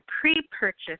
pre-purchase